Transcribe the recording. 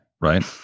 Right